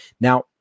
Now